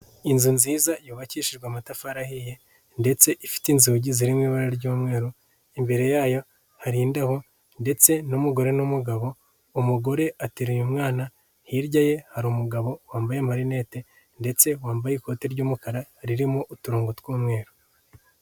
Inzu nziza yubakishijwe amatafari ye ndetse ifite inzugirimo rimwe ibara ry'umweru, imbere yayo hari imbeho ndetse n'umugore n'umugabo, umugore atereye umwana, hirya ye hari umugabo wambaye marinete ndetse wambaye ikote ry'umukara ririmo uturongogo tw'umweru.